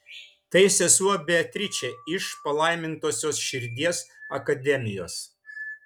tai sesuo beatričė iš palaimintosios širdies akademijos